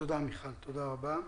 תודה רבה מיכל.